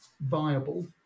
viable